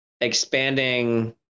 expanding